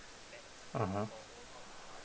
mmhmm